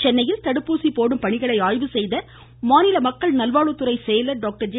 சென்னையில் தடுப்பூசி போடும் பணிகளை ஆய்வு செய்த மாநில மக்கள் நல்வாழ்வுத்துறை செயலர் டாக்டர் ஜே